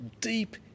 deep